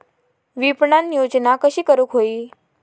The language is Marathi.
विपणन योजना कशी करुक होई?